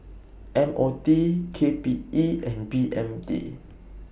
M O T K P E and B M T